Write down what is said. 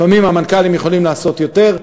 לפעמים המנכ"לים יכולים לעשות יותר,